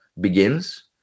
begins